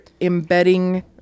embedding